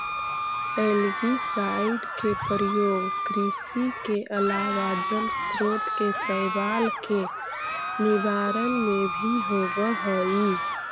algicide के प्रयोग कृषि के अलावा जलस्रोत के शैवाल के निवारण में भी होवऽ हई